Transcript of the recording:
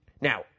Now